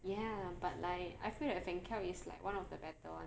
ya but like I feel like Fancl is like one of the better [one]